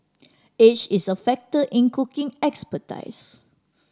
age is a factor in cooking expertise